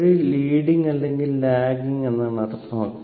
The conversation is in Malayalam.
ഒരു ലീഡിംഗ് അല്ലെങ്കിൽ ലാഗിംഗ് എന്നാണ് അർത്ഥമാക്കുന്നത്